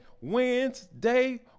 Wednesday